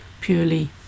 Purely